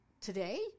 Today